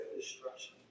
destruction